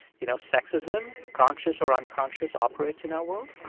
you know, sexism, conscious or unconscious, operates in our world?